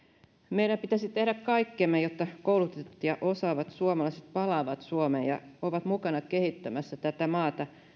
meidän pitäisi tehdä kaikkemme jotta koulutetut ja osaavat suomalaiset palaavat suomeen ja ovat mukana kehittämässä tätä maata